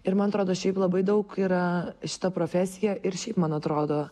ir man atrodo šiaip labai daug yra šita profesija ir šiaip man atrodo